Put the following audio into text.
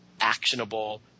actionable